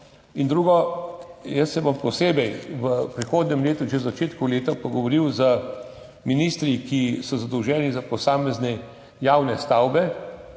stvar. Jaz se bom posebej v prihodnjem letu, že v začetku leta, pogovoril z ministri, ki so zadolženi za posamezne javne stavbe,